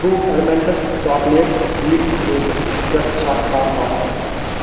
True elements chocolate wheat flakes پٮ۪ٹھ چھا کانٛہہ آفر ؟